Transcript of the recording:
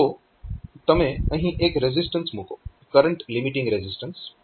તો તમે અહીં એક રેઝિસ્ટન્સ મૂકો કરંટ લીમિટિંગ રેઝિસ્ટન્સ અને આ LDR છે